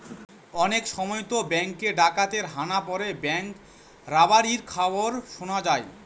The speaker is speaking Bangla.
অনেক সময়তো ব্যাঙ্কে ডাকাতের হানা পড়ে ব্যাঙ্ক রবারির খবর শোনা যায়